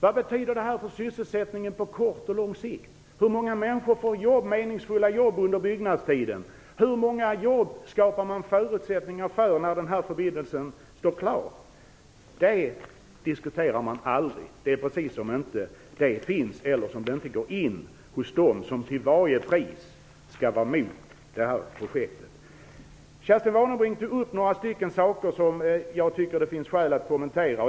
Vad det här betyder för sysselsättningen på kort och lång sikt, hur många människor som får meningsfulla jobb under byggnadstiden, hur många jobb man skapar förutsättningar för när förbindelsen står klar diskuteras aldrig. Det är precis som om det inte finns, eller så går det inte in hos dem som till varje pris skall vara mot projektet. Kerstin Warnerbring tog upp några frågor som jag tycker att det finns skäl att kommentera.